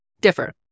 differ